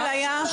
לא.